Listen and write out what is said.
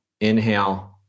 inhale